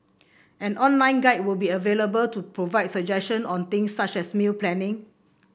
an online guide will be available to provide suggestions on things such as meal planning